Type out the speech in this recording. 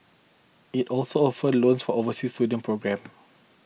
it also offers a loan for overseas student programmes